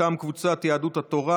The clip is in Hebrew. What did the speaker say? מטעם קבוצת סיעת יהדות התורה,